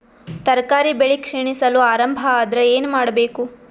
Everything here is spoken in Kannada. ತರಕಾರಿ ಬೆಳಿ ಕ್ಷೀಣಿಸಲು ಆರಂಭ ಆದ್ರ ಏನ ಮಾಡಬೇಕು?